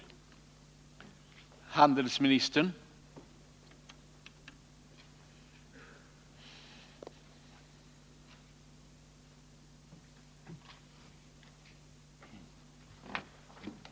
att förhindra viss utbildning i Sverige av utländsk militärpersonal